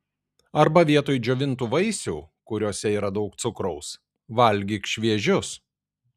arba vietoj džiovintų vaisių kuriuose yra daug cukraus valgyk šviežius